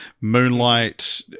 moonlight